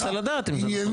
אני רוצה לדעת אם זה נכון.